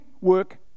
work